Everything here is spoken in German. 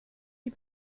die